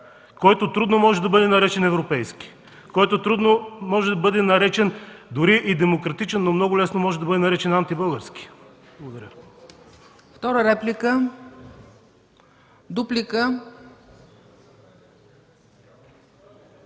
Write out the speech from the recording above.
който трудно може да бъде наречен европейски, който трудно може да бъде наречен дори и демократичен, но много лесно може да бъде наречен антибългарски. Благодаря